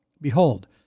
Behold